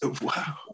Wow